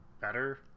better